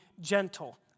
gentle